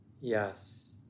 yes